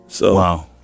Wow